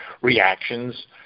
reactions